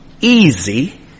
easy